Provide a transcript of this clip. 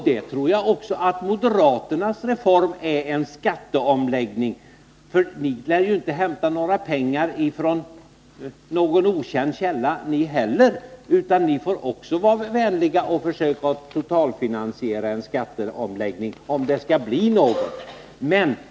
Det tror jag också att moderaternas reform är, för inte heller ni lär hämta några pengar från någon okänd källa, utan ni får också vara vänliga och försöka totalfinansiera en skatteomläggning, om det skall bli någon.